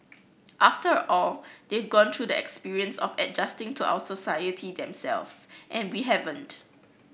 after all they've gone through the experience of adjusting to our society themselves and we haven't